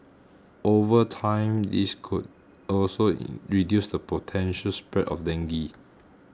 over time this could also reduce the potential spread of dengue